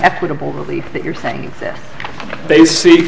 equitable relief that you're saying that they see